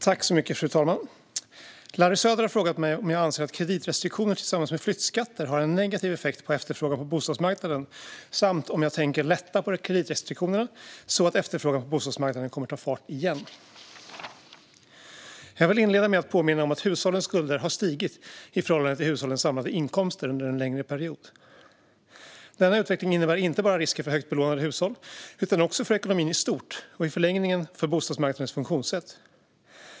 Fru talman! Larry Söder har frågat mig om jag anser att kreditrestriktioner tillsammans med flyttskatter har en negativ effekt på efterfrågan på bostadsmarknaden samt om jag tänker lätta på kreditrestriktionerna så att efterfrågan på bostadsmarknaden kommer att ta fart igen. Jag vill inleda med att påminna om att hushållens skulder har stigit i förhållande till hushållens samlade inkomster under en längre period. Denna utveckling innebär inte bara risker för högt belånade hushåll utan också för ekonomin i stort och i förlängningen för bostadsmarknadens funktionssätt.